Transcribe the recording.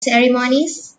ceremonies